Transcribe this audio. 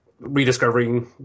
rediscovering